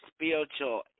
spiritual